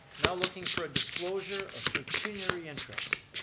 now looking for a disclosure of pecuniary interest.